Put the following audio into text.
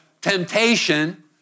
temptation